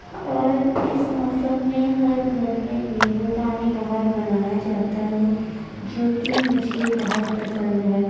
اور اس موسم میں ہر گھر میں نیبو پانی بہت بنایا جاتا ہے جو کہ مجھے بہت پسند ہے